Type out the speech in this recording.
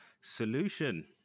solution